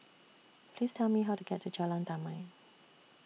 Please Tell Me How to get to Jalan Damai